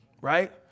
right